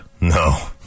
No